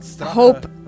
hope